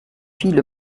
viel